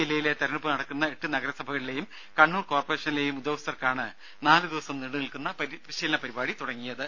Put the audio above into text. ജില്ലയിലെ തിരഞ്ഞെടുപ്പ് നടക്കുന്ന എട്ട് നഗരസഭകളിലെയും കണ്ണൂർ കോർപറേഷനിലെയും ഉദ്യോഗസ്ഥർക്കാണ് നാലു ദിവസം നീണ്ടു നിൽക്കുന്ന പരിശീലന പരിപാടി തുടങ്ങിയത്